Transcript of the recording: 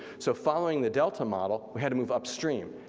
so following the delta model, we had to move upstream,